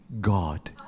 God